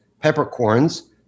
Peppercorns